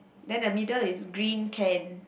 then the middle is green can